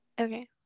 Okay